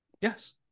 Yes